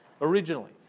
originally